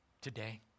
today